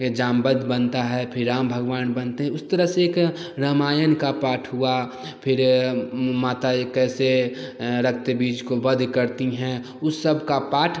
या जामवंत बनता है फिर राम भगवान बनते हैं उस तरा से एक रामायन का पाठ हुआ फिर माता कैसे रक्त बीज को वध करती हैं उस सब का पाठ